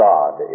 God